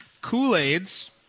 Kool-Aids